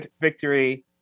victory